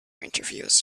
interviews